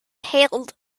hailed